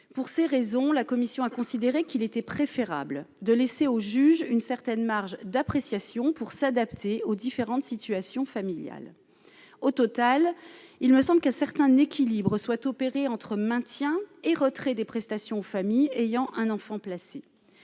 pour ces raisons, la commission a considéré qu'il était préférable de laisser au juge une certaine marge d'appréciation pour s'adapter aux différentes situations familiales au total, il me semble que certains n'équilibre soit opérée entre maintien et retrait des prestations aux familles ayant un enfant placé,